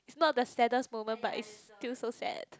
it's not the saddest moment but it's still so sad